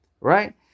right